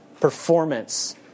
performance